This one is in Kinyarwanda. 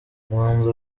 banza